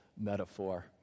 metaphor